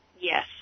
Yes